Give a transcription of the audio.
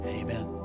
Amen